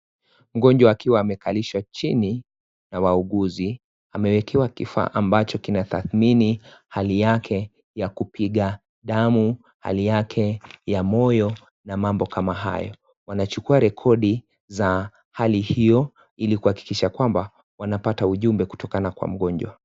Mgonjwa akiwa amekalishwa chini na wauguzi amewekewa kifaa ambacho kinathatmini hali yake ya kupiga damu hali yake ya moyo na mambo kama hayo. anachukua rekodi ya hali hiyo ili kuhakikisha kwamba amepata ujumbe kutokana kwa mgonjwa.